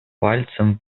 пальцем